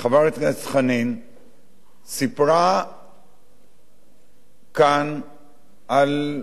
חנין זועבי סיפרה כאן על משהו,